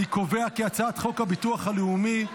אני קובע כי הצעת חוק הביטוח הלאומי,